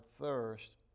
thirst